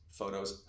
photos